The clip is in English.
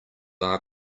are